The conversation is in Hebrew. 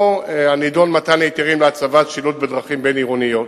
הנדון: מתן היתרים להצבת שילוט בדרכים בין-עירוניות,